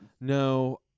No